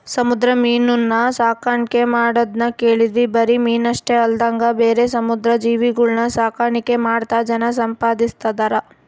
ಸಮುದ್ರ ಮೀನುನ್ನ ಸಾಕಣ್ಕೆ ಮಾಡದ್ನ ಕೇಳಿದ್ವಿ ಬರಿ ಮೀನಷ್ಟೆ ಅಲ್ದಂಗ ಬೇರೆ ಸಮುದ್ರ ಜೀವಿಗುಳ್ನ ಸಾಕಾಣಿಕೆ ಮಾಡ್ತಾ ಜನ ಸಂಪಾದಿಸ್ತದರ